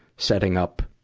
setting up,